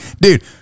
Dude